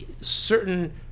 certain